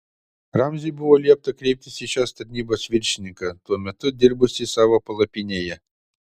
ramziui buvo liepta kreiptis į šios tarnybos viršininką tuo metu dirbusį savo palapinėje